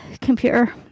computer